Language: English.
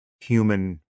human